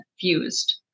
fused